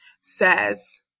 says